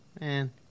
Man